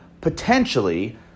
potentially